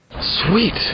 Sweet